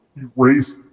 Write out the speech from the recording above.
erase